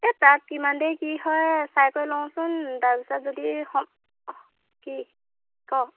এই তাত কিমান দেৰি কি হয় চাই কৰি লওঁচোন তাৰপিছত যদি সময় কি ক